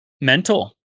mental